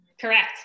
Correct